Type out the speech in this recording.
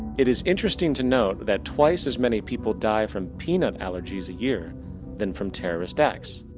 it is interesting to note that twice as many people die from peanut allergies a year than from terrorist acts.